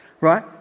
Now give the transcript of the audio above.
Right